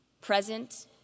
present